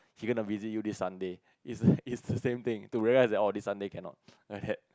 she gonna visit you this Sunday is is the same thing to realise that oh this Sunday cannot I hate